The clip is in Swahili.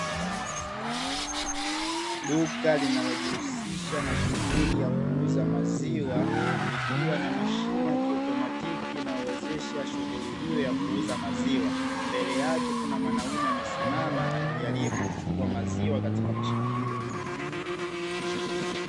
Duka linalojihisisha na shughuli ya kuuza maziwa, ikiwa na mashine ya kiomatiki inayowezesha shughuli hio ya kuuza maziwa mbele yake kukiwa mwanaume aliyesimama akijaribu kuchukua maziwa katika mashine hio.